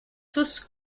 tous